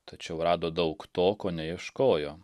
tačiau rado daug to ko neieškojo